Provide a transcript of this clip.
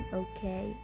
okay